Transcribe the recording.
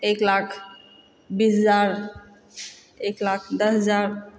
एक लाख बीस हजार एक लाख दस हजार